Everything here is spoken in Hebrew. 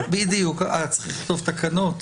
צריך לכתוב תקנות.